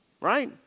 Right